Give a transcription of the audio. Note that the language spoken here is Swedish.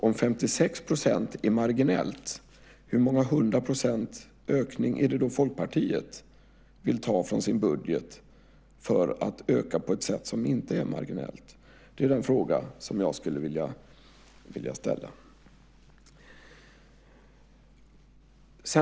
Om 56 % är marginellt, hur många hundra procents ökning vill då Folkpartiet ta från sin budget för att öka på ett sätt som inte är marginellt? Den frågan vill jag ställa.